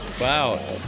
Wow